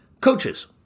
Coaches